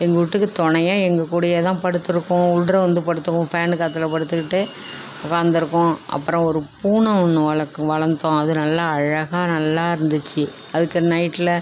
எங்கூட்டுக்கு துணையா எங்கள் கூடயே தான் படுத்திருக்கும் உள்ளாற வந்து படுத்துக்கும் ஃபேனு காற்றுல படுத்துக்கிட்டு உக்கார்ந்துருக்கும் அப்புறம் ஒரு பூனை ஒன்று வளக்கு வளர்த்தோம் அது நல்லா அழகாக நல்லா இருந்துச்சு அதுக்கு நைட்டில்